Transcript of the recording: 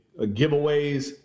giveaways